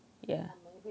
yeah